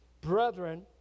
brethren